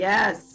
Yes